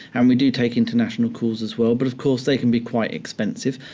and we do take international calls as well. but of course they can be quite expensive.